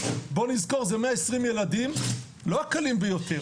בואו נזכור זה 120 ילדים לא הקלים ביותר.